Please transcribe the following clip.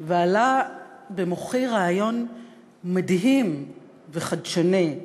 ועלה במוחי רעיון מדהים וחדשני,